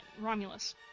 Romulus